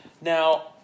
Now